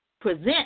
present